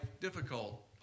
difficult